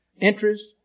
Interest